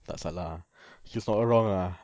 tak salah ah he's not wrong ah